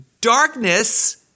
Darkness